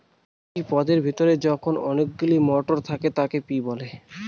একটি পদের ভেতরে যখন অনেকগুলো মটর থাকে তাকে পি বলে